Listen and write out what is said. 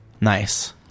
Nice